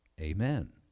Amen